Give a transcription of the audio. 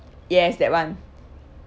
yes that one